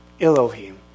Elohim